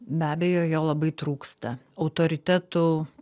be abejo jo labai trūksta autoritetų